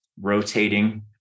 rotating